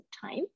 time